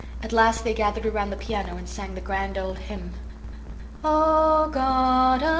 at last they gathered around the piano and sang the grand old hymn oh god,